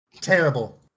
Terrible